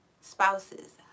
spouses